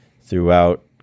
throughout